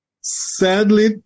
Sadly